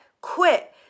quit